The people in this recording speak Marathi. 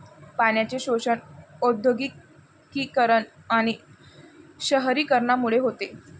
पाण्याचे शोषण औद्योगिकीकरण आणि शहरीकरणामुळे होते